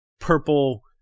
purple